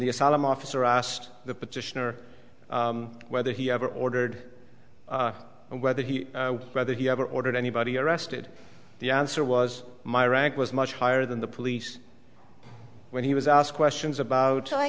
the asylum officer asked the petitioner whether he ever ordered and whether he whether he ever ordered anybody arrested the answer was my rank was much higher than the police when he was asked questions about